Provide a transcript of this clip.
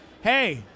hey